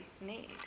need